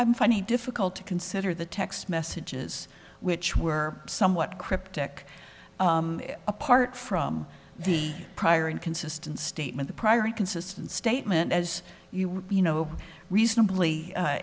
i'm funny difficult to consider the text messages which were somewhat cryptic apart from the prior inconsistent statement the prior inconsistent statement as you know reasonably